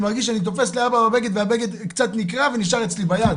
אני מרגיש שאני תופס לאבא בבגד והבגד קצת נקרע ונשאר אצלי ביד,